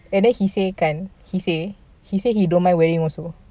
and then he say can he say he say he don't mind wearing also